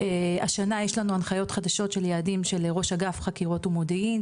השנה יש לנו הנחיות חדשות של יעדים שלראש אגף חקירות ומודיעין,